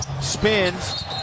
Spins